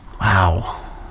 Wow